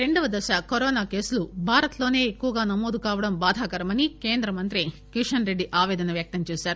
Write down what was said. రెండో దశ కరోనా కేసులు భారత్లోనే ఎక్కువగా నమోదు కావడం బాధాకరమని కేంద్ర మంత్రి కిషన్ రెడ్డి ఆపేదన వ్యక్తం చేశారు